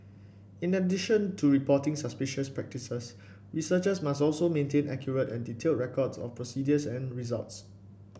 in addition to reporting suspicious practices researchers must also maintain accurate and detailed records of procedures and results